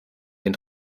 den